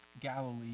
Galilee